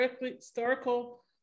historical